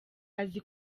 azi